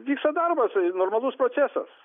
vyksta darbas normalus procesas